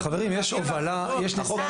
חברים, יש הובלה, יש נשיאה.